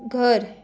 घर